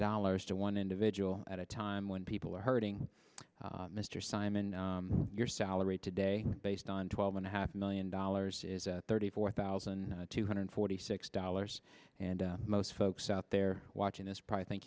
dollars to one individual at a time when people are hurting mr simon your salary today based on twelve and a half million dollars is thirty four thousand two hundred forty six dollars and most folks out there watching this probably think